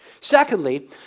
Secondly